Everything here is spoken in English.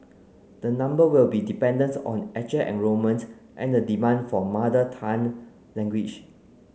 the number will be dependent on actual enrolment and the demand for mother tongue language